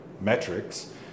metrics